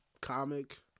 comic